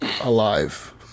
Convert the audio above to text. alive